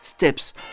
Steps